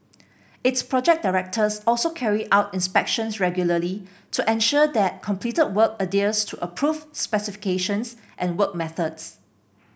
its project directors also carry out inspections regularly to ensure that completed work adheres to approved specifications and work methods